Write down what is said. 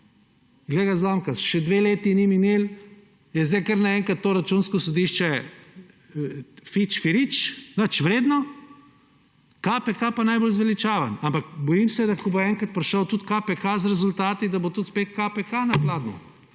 Glej ga zlomka, še dve leti ni minilo, je zdaj kar naenkrat to Računsko sodišče fičfirič, nič vredno, KPK pa najbolj zveličaven. Ampak bojim se, da ko bo enkrat prišel tudi KPK z rezultati, da bo tudi KPK na pladnju.